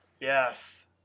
Yes